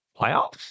Playoffs